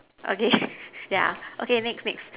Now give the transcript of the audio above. okay yeah okay next next